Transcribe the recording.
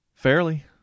Fairly